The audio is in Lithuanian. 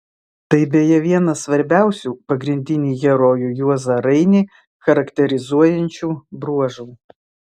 tai beje vienas svarbiausių pagrindinį herojų juozą rainį charakterizuojančių bruožų